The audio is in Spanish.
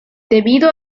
debido